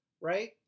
right